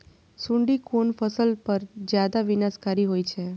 सुंडी कोन फसल पर ज्यादा विनाशकारी होई छै?